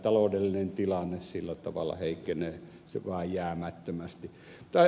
taloudellinen tilanne sillä tavalla heikkenee vääjäämättömästi